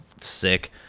sick